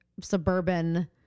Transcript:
suburban